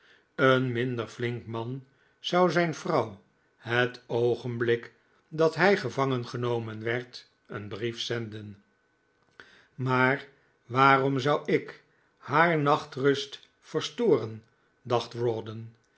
een minder flink man zou zijn vrouw het oogenblik dat hij gevangengenomen werd een brief zenden maar waarom zou ik haar nachtrust verstoren dacht